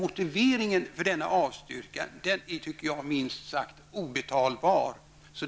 Motiveringen för denna avstyrkan tycker jag är minst sagt obetalbar.